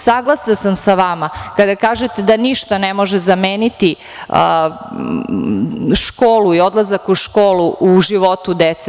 Saglasna sam sa vama kada kažete da ništa ne može zameniti školu i odlazak u školu u životu dece.